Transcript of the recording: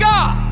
God